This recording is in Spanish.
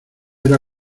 era